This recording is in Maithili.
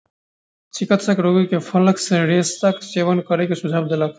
चिकित्सक रोगी के फलक रेशाक सेवन करै के सुझाव देलक